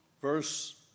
Verse